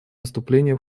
выступления